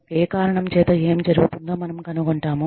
ఏ కారణం చేత ఏమి జరుగుతుందో మనము కనుగొంటాము